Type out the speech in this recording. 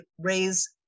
raise